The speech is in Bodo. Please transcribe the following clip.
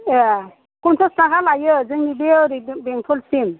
ए फनसास थाखा लायो जोंनि बे ओरै बेंथलसिम